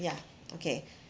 ya okay